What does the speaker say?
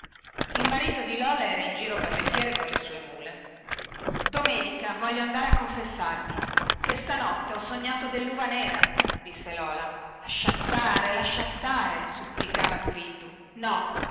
il marito di lola era in giro per le fiere con le sue mule domenica voglio andare a confessarmi chè stanotte ho sognato delluva nera disse lola lascia stare lascia stare supplicava turiddu no